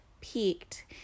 peaked